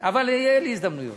אבל יהיו לי הזדמנויות.